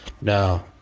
no